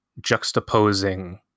juxtaposing